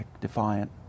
defiant